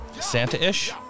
santa-ish